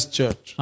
church